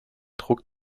trug